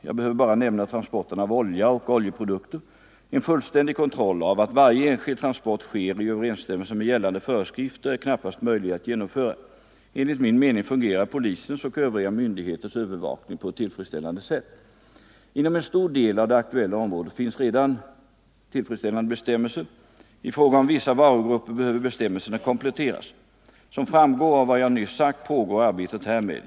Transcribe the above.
Jag behöver bara nämna transporterna av olja och oljeprodukter. En fullständig kontroll av att varje enskild transport sker i överensstämmelse med gällande föreskrifter är knappast möjlig att genomföra. Enligt min mening fungerar polisens och övriga myndigheters övervakning på ett tillfredsställande sätt. Inom en stor del av det aktuella området finns redan tillfredsställande bestämmelser. I fråga om vissa varugrupper behöver bestämmelserna kompletteras. Som framgår av vad jag nyss sagt pågår arbetet härmed.